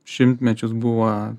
šimtmečius buvo